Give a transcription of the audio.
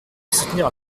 soutenir